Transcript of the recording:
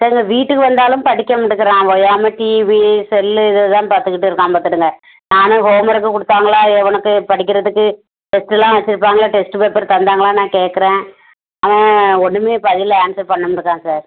sir இங்கே வீட்டுக்கு வந்தாலும் படிக்கமாட்டுக்கிறான் ஓயாமல் டிவி செல்லு இதைதான் பார்த்துக்கிட்டு இருக்கான் பார்த்துக்கிடுங்க நானும் ஹோம் ஒர்க்கு கொடுத்தாங்களா உனக்கு படிக்கிறதுக்கு டெஸ்ட்டு எல்லாம் வச்சுருப்பாங்கள்ல டெஸ்ட்டு பேப்பர் தந்தாங்களா நான் கேட்குறேன் அவன் ஒன்றுமே பதில் ஆன்சர் பண்ணமாட்டேக்கிறான் சார்